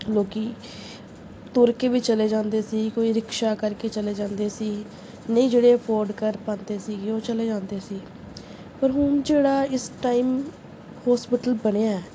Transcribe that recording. ਲੋਕ ਤੁਰ ਕੇ ਵੀ ਚਲੇ ਜਾਂਦੇ ਸੀ ਕਈ ਰਿਕਸ਼ਾ ਕਰਕੇ ਚਲੇ ਜਾਂਦੇ ਸੀ ਨਹੀਂ ਜਿਹੜੇ ਅਫੋਰਡ ਕਰ ਪਾਉਂਦੇ ਸੀਗੇ ਉਹ ਚਲੇ ਜਾਂਦੇ ਸੀ ਪਰ ਹੁਣ ਜਿਹੜਾ ਇਸ ਟਾਈਮ ਹੋਸਪਿਟਲ ਬਣਿਆ